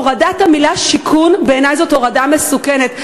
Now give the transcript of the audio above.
הורדת המילה שיכון, בעיני זאת הורדה מסוכנת.